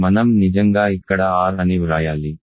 మనం నిజంగా ఇక్కడ r అని వ్రాయాలి